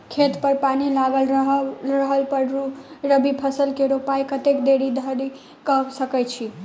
खेत मे पानि लागल रहला पर रबी फसल केँ रोपाइ कतेक देरी धरि कऽ सकै छी?